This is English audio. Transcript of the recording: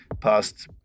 past